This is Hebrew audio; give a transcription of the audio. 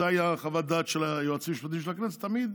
זו הייתה חוות דעת של היועצים המשפטיים של הכנסת תמיד